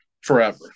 forever